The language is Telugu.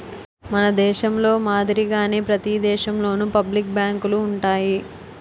మన దేశంలో మాదిరిగానే ప్రతి దేశంలోనూ పబ్లిక్ బ్యాంకులు ఉంటాయి